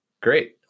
Great